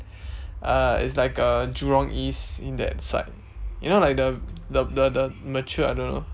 uh it's like a jurong east in that side you know like the the the the matured I don't know